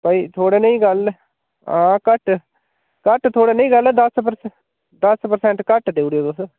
भई थुआढ़े नै गल्ल हा घट्ट घट्ट थुआढ़े नि गल्ल ऐ दस परसेंट घट्ट देई ओड़ेओ तुस